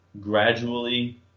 gradually